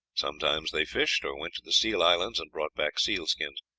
sometimes they fished, or went to the seal islands and brought back seal skins.